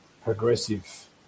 progressive